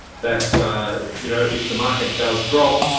that you know if the market does drop,